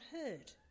heard